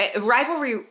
rivalry